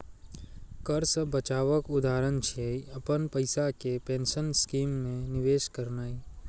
कर सं बचावक उदाहरण छियै, अपन पैसा कें पेंशन स्कीम मे निवेश करनाय